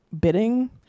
bidding